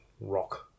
rock